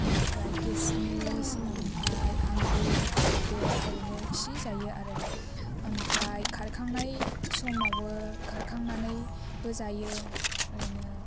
ओमफ्राय खिसमिस ओमफ्राय आंगुर आपेल ओरैनो इसि जायो आरो ओमफ्राय खारखांनाय समावबो खारखांनानैबो जायो ओरैनो